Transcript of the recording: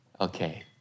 Okay